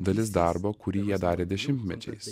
dalis darbo kurį jie darė dešimtmečiais